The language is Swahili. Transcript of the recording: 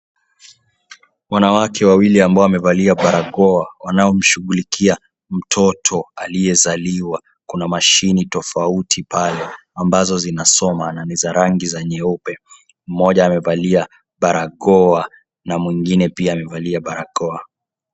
Wanawake wawili ambao wamevalia barakoa wanaomshughulikia mtoto aliyezaliwa kuna mashini tofauti pale ambazo zina soma na ni za rangi za nyeupe, mmoja amevalia barakoa na mwingine pia amevalia barakoa.